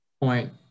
point